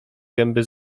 gęby